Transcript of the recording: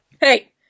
Hey